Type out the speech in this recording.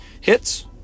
hits